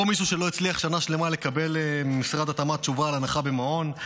פה מישהו שלא הצליח שנה שלמה לקבל ממשרד התמ"ת תשובה על הנחה במעון,